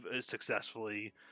successfully